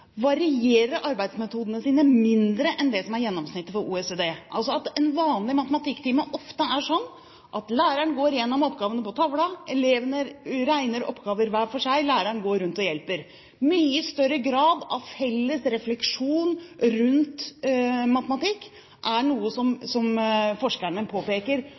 varierer arbeidsmetodene sine mindre enn det som er gjennomsnittet i OECD. En vanlig matematikktime er ofte sånn at læreren går gjennom oppgavene på tavla, elevene regner oppgaver hver for seg, og læreren går rundt og hjelper. En mye større grad av felles refleksjon rundt matematikk er noe som forskerne påpeker